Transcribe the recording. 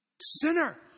sinner